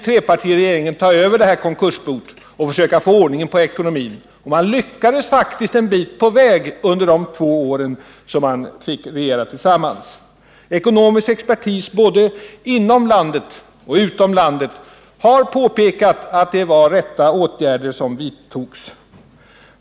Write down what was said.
Trepartiregeringen fick ta över det här konkursboet och försöka få ordning på ekonomin. Och man kom faktiskt en bit på väg under de två år man fick regera tillsammans. Ekonomisk expertis både inom och utom landet har påpekat att det var riktiga åtgärder som då vidtogs.